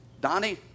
Donnie